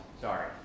sorry